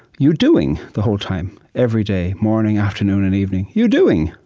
you doing? the whole time, every day, morning, afternoon, and evening you doing?